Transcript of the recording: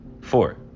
Four